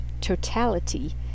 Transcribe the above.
Totality